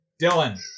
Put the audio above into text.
Dylan